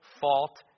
fault